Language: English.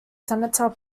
senator